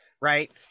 right